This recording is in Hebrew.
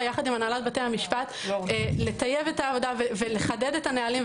יחד עם הנהלת בתי המשפט לטייב את העבודה ולחדד את הנהלים.